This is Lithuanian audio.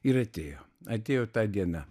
ir atėjo atėjo ta diena